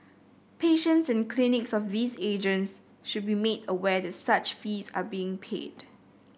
patients and clients of these agents should be made aware that such fees are being paid